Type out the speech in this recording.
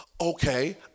Okay